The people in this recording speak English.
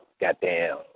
goddamn